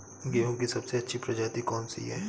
गेहूँ की सबसे अच्छी प्रजाति कौन सी है?